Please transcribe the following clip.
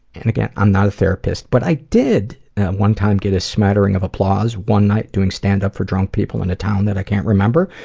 and again, i'm not a therapist, but i did that one time get a smattering of applause one night, doing stand up for drunk people in a town that i can't remember,